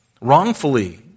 wrongfully